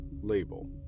Label